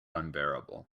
unbearable